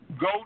go